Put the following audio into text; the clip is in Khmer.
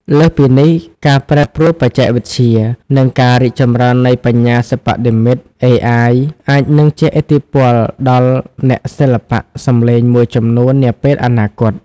លើសពីនេះ ការប្រែប្រួលបច្ចេកវិទ្យា និងការរីកចម្រើននៃបញ្ញាសិប្បនិម្មិត (AI) អាចនឹងជះឥទ្ធិពលដល់អ្នកសិល្បៈសំឡេងមួយចំនួននាពេលអនាគត។